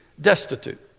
destitute